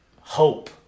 hope